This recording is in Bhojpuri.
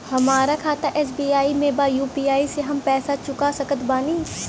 हमारा खाता एस.बी.आई में बा यू.पी.आई से हम पैसा चुका सकत बानी?